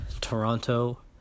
Toronto